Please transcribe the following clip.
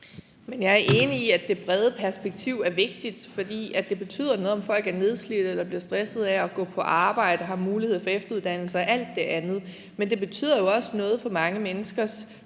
Jeg er enig i, at det brede perspektiv er vigtigt, fordi det betyder noget, om folk er nedslidte eller bliver stressede af at gå på arbejde eller har mulighed for efteruddannelse og alt det andet. Men det betyder jo også noget for mange menneskers